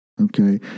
okay